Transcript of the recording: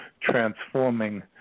transforming